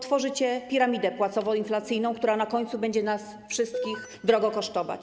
Tworzycie piramidę płacowo-inflacyjną, która na końcu będzie nas wszystkich drogo kosztować.